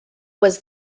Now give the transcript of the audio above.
was